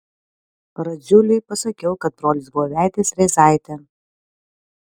radziuliui pasakiau kad brolis buvo vedęs rėzaitę